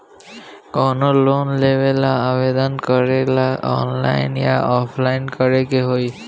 कवनो लोन लेवेंला आवेदन करेला आनलाइन या ऑफलाइन करे के होई?